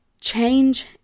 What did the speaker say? change